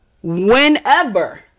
Whenever